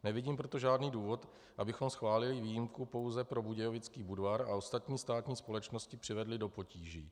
Nevidím proto žádný důvod, abychom schválili výjimku pouze pro Budějovický Budvar a ostatní státní společnosti přivedli do potíží.